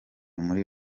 muri